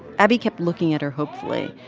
abby kept looking at her hopefully,